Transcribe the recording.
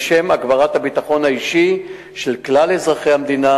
הגברת הביטחון האישי של כלל אזרחי המדינה.